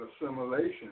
assimilation